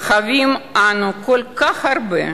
חבים אנו כל כך הרבה.